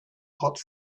hot